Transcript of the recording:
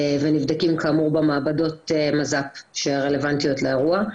ונבדקים כאמור במעבדות מז"פ שרלוונטיות לאירוע.